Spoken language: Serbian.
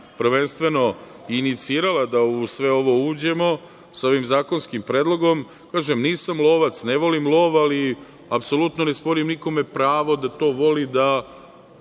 prvenstveno inicirala da u sve ovo uđemo, sa ovim zakonskim predlogom, kažem, nisam lovac, ne volim lov, ali apsolutno ne sporim nikome pravo da to voli, da